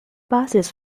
buses